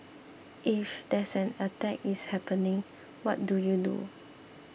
if there's an attack is happening what do you do